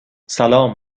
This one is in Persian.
سلام